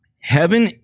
Heaven